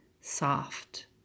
soft